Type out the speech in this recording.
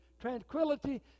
tranquility